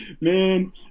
Man